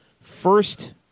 first